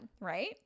right